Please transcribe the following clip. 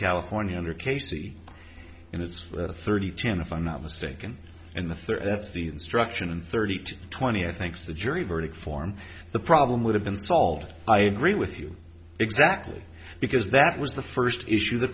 california under casey and it's thirty ten if i'm not mistaken and the thirty that's the instruction and thirty eight twenty i think the jury verdict form the problem would have been solved i agree with you exactly because that was the first issue the